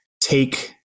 take